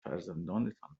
فرزندانتان